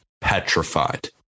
petrified